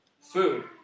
food